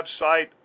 website